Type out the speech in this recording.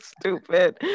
Stupid